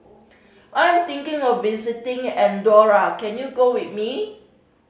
I'm thinking of visiting Andorra can you go with me